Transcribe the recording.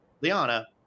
Liana